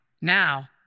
Now